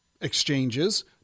exchanges